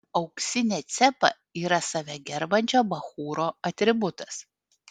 auksinė cepa yra save gerbiančio bachūro atributas